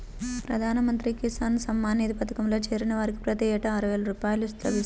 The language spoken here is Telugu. ప్రధాన మంత్రి కిసాన్ సమ్మాన్ నిధి పథకంలో చేరిన వారికి ప్రతి ఏటా ఆరువేల రూపాయలు లభిస్తాయి